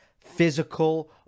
physical